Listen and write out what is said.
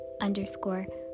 underscore